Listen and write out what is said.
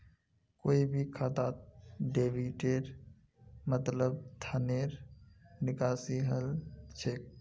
कोई भी खातात डेबिटेर मतलब धनेर निकासी हल छेक